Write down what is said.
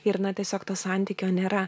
ir na tiesiog to santykio nėra